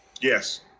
Yes